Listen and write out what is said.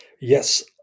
Yes